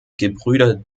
gebrüder